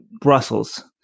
Brussels